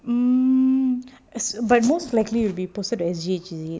um but most likely you will be posted to S_G_H is it